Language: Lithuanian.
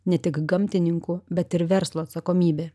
ne tik gamtininkų bet ir verslo atsakomybė